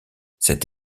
cette